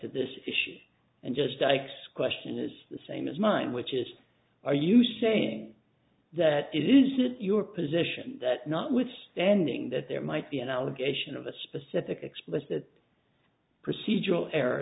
to this issue and just ike's question is the same as mine which is are you saying that it is not your position that notwithstanding that there might be an allegation of a specific explicit procedural er